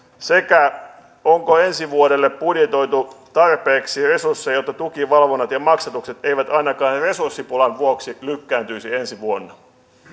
sekä onko ensi vuodelle budjetoitu tarpeeksi resursseja jotta tukivalvonnat ja maksatukset eivät ainakaan resurssipulan vuoksi lykkääntyisi ensi vuonna